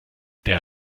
der